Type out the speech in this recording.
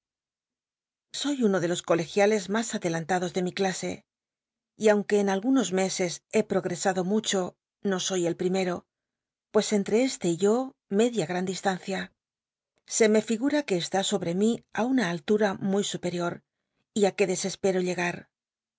soy uno de los colegiales mas adelantados de mi clase y aunctue en algunos meses he progresado mucho no soy el primero pues entre este y yo me gran distancia se me llgura que esto sobre mi á una altura muy superior y á que desespero llegar